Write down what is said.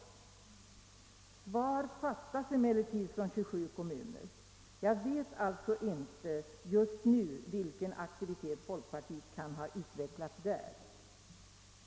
Svar saknas emellertid från 27 kommuner. Jag vet alltså inte just nu, vilken aktivitet som folkpartiet kan ha utvecklat där.